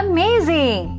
Amazing